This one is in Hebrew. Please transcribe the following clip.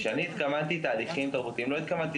כשאני התכוונתי תהליכים תרבותיים לא התכוונתי